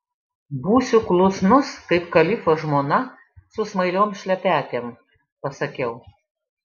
būsiu klusnus kaip kalifo žmona su smailiom šlepetėm pasakiau